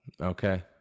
okay